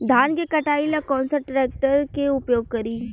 धान के कटाई ला कौन सा ट्रैक्टर के उपयोग करी?